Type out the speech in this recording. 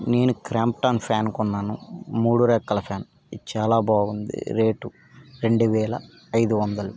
నేను Crompton fan కొన్నాను మూడు రెక్కల ఫాన్ చాలా బాగుంది రేటు రెండు వేల ఐదు వందలు